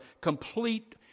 complete